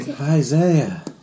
Isaiah